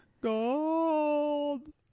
Gold